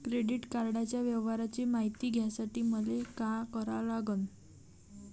Credit कार्डाच्या व्यवहाराची मायती घ्यासाठी मले का करा लागन?